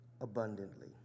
abundantly